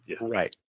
right